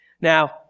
Now